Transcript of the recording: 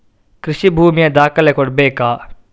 ಕೃಷಿ ಭೂಮಿಯ ದಾಖಲೆ ಕೊಡ್ಬೇಕಾ?